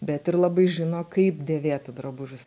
bet ir labai žino kaip dėvėti drabužius